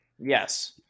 Yes